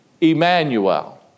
Emmanuel